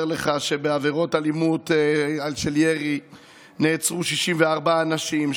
לך שעל עבירות אלימות של ירי נעצרו 64 אנשים,